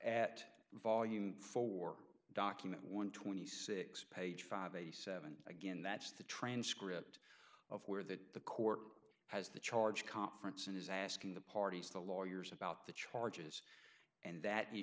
at volume four document one twenty six page five eighty seven again that's the transcript of where the the court has the charge conference and is asking the parties the lawyers about the charges and that